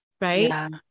right